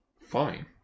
Fine